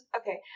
okay